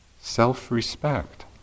self-respect